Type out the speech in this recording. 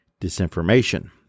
disinformation